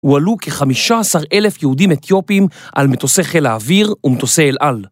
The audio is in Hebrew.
ה‫ועלו כ-15 אלף יהודים אתיופיים ‫על מטוסי חיל האוויר ומטוסי אלעל.